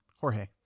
jorge